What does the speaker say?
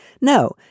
No